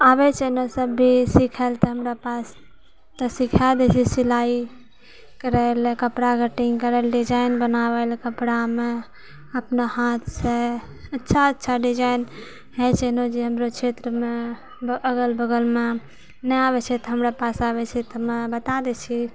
आबै छै ने सब भी सिखै़ लए तऽ हमरा पास तऽ सिखाए दै छियै सिलाइ करै लए कपड़ा कटिंग करै लए डिजाइन बनाबै लए कपड़ा मे अपना हाथ से अच्छा अच्छा डिजाइन है छै ने जे हमरो क्षेत्र मे अगल बगल मे नहि आबै छै तऽ हमरा पास आबै छै तऽ हम बताए दै छियै